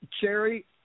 Cherry